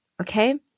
Okay